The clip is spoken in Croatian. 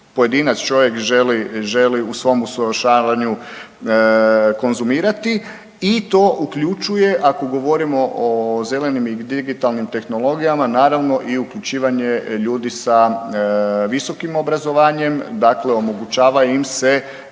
pojedinac čovjek želi u svom usavršavanju konzumirati i to uključuje, ako govorimo o zelenim i digitalnim tehnologijama naravno i uključivanje ljudi sa visokim obrazovanjem, dakle omogućava im se